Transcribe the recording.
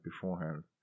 beforehand